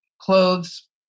clothes